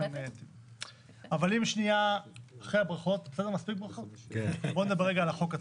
אבל אחרי הברכות נדבר על החוק.